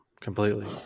completely